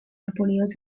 napoleó